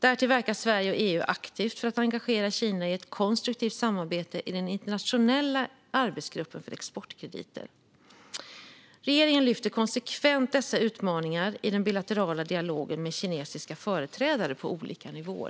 Därtill verkar Sverige och EU aktivt för att engagera Kina i ett konstruktivt samarbete i den internationella arbetsgruppen för exportkrediter. Regeringen lyfter konsekvent dessa utmaningar i den bilaterala dialogen med kinesiska företrädare på olika nivåer.